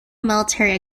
military